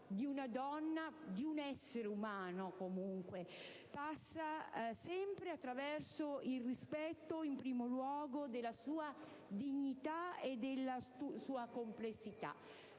di una donna, di un essere umano, passa sempre attraverso il rispetto, in primo luogo, della sua dignità e della sua complessità.